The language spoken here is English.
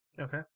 Okay